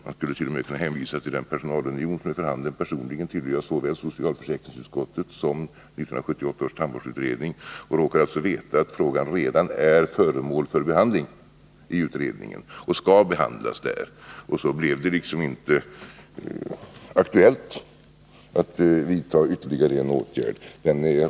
Man skulle t.o.m. kunna hänvisa till en personalunion, för personligen tillhör jag såväl socialförsäkringsutskottet som 1978 års tandvårdsutredning och råkar därför veta, att frågan skall behandlas i utredningen. Därför blev det inte aktuellt att vidta ytterligare åtgärder.